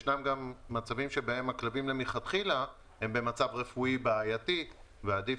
יש גם מצבים שבהם הכלבים נמצאים מלכתחילה במצב רפואי בעייתי ועדיף